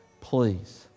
Please